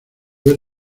ver